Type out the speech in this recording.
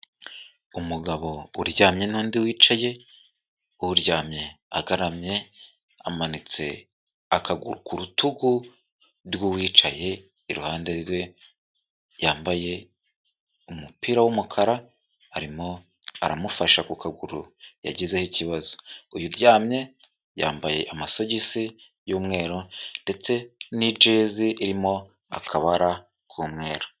Umugabo uryamye n'undi wicaye, uryamye agaramye amanitse akaguru ku rutugu rw'uwicaye iruhande rwe, yambaye umupira w'umukara, arimo aramufasha ku kaguru yagizeho ikibazo. Uyu uryamye yambaye amasogisi y'umweru ndetse n'ijezi irimo akabara k'umweru.